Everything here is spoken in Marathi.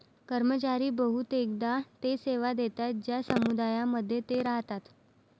कर्मचारी बहुतेकदा ते सेवा देतात ज्या समुदायांमध्ये ते राहतात